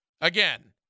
Again